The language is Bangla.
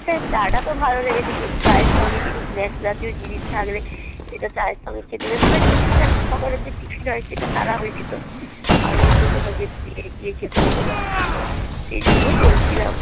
হ্যাঁ চাটা তো ভালো লেগেছে কিন্তু চায়ের সঙ্গে কিছু স্ন্যাক্স রাখলে জিনিস থাকলে সেটা চায়ের সঙ্গে খেতে বেশ বা টিফিন একটা সকালের যে টিফিন হয় সেটা সারা হয়ে যেত আর অন্য কোথাও যে যেয়ে গিয়ে খেতে হতো না সেই জন্যই বলছিলাম